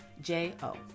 J-O